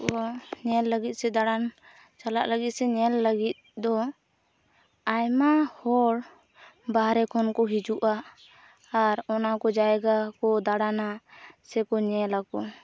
ᱠᱚ ᱧᱮᱞ ᱞᱟᱹᱜᱤᱫ ᱥᱮ ᱫᱟᱬᱟᱱ ᱪᱟᱞᱟᱜ ᱞᱟᱹᱜᱤᱫ ᱥᱮ ᱧᱮᱞ ᱞᱟᱹᱜᱤᱫ ᱫᱚ ᱟᱭᱢᱟ ᱦᱚᱲ ᱵᱟᱦᱨᱮ ᱠᱷᱚᱱᱠᱚ ᱦᱤᱡᱩᱜᱼᱟ ᱟᱨ ᱚᱱᱟᱠᱚ ᱡᱟᱭᱜᱟ ᱠᱚ ᱫᱟᱬᱟᱱᱟ ᱥᱮ ᱠᱚ ᱧᱮᱞᱟᱠᱚ